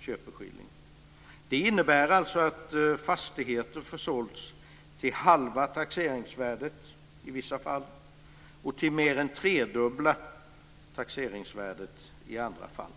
köpeskillingen. Det innebär att fastigheter försålts till halva taxeringsvärdet i vissa fall och till mer än tredubbla taxeringsvärdet i andra fall.